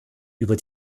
über